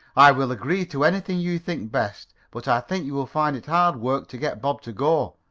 i will agree to anything you think best. but i think you will find it hard work to get bob to go.